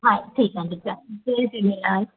हा ठीक आ जय झूलेलाल